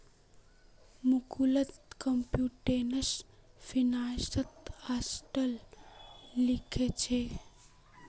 Mukund computational फिनांसत article लिखछोक